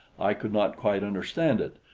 i could not quite understand it,